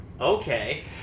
Okay